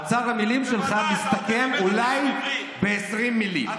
אוצר המילים שלך מסתכם אולי ב-20 מילים,